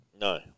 No